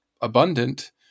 abundant